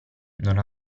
non